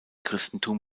christentum